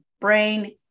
brain